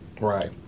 Right